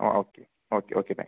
okay okay okay thank you